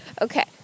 Okay